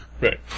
Right